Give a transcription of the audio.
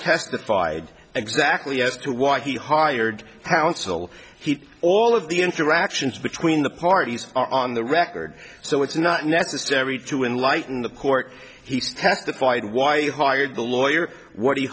testified exactly as to why he hired counsel he all of the interactions between the parties are on the record so it's not necessary to enlighten the court he's testified why he hired the lawyer what